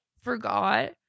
forgot